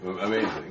amazing